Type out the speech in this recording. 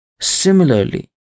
Similarly